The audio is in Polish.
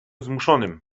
zmuszonym